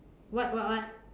what what what